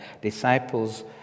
disciples